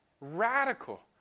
Radical